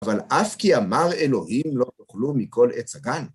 אבל ״אף כי אמר אלוהים לא תאכלו מכל עץ הגן״.